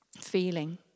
feeling